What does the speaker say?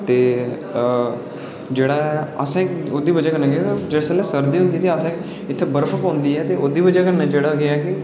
ते जेह्ड़ा ऐ असें ओह्दी बजह् कन्नै ते जेल्लै सर्दी होंदी ते इत्थै बर्फ पौंदी ऐ ते ओह्दी बजह् कन्नै केह् ऐ कि